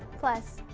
plus.